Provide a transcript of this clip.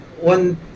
one